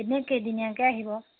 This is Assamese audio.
এনেই কেইদিনীয়াকৈ আহিব